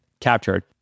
captured